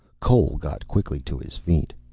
cole got quickly to his feet.